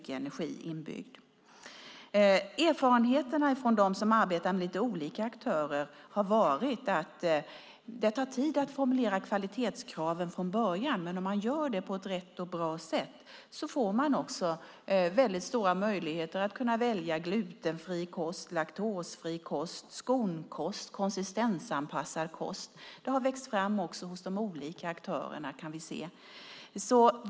Erfarenheterna från dem som arbetar med olika aktörer har varit att det tar tid att formulera kvalitetskraven från början, men om man gör det på ett rätt och riktigt sätt får man också stora möjligheter att välja glutenfri kost, laktosfri kost, skonkost, konsistensanpassad kost. Det har växt fram hos de olika aktörerna.